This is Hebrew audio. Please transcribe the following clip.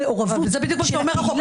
זה בדיוק מה שאומר החוק.